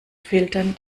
filtern